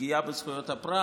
פגיעה בזכויות הפרט,